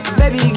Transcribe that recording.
baby